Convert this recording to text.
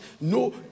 no